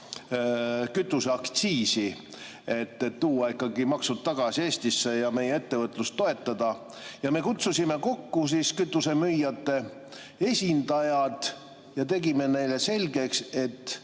kütuseaktsiisi, et tuua maksu[raha] tagasi Eestisse ja meie ettevõtlust toetada. Ja me kutsusime kokku kütusemüüjate esindajad ja tegime neile selgeks, et